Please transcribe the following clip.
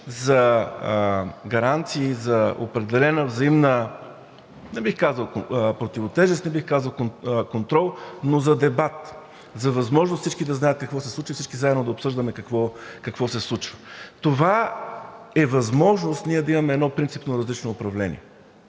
за гаранции за определена взаимна – не бих казал противотежест, не бих казал контрол, но за дебат, за възможност всички да знаят какво се случва и всички заедно да обсъждаме какво се случва. Това е възможност ние да имаме едно принципно различно управление.